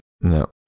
No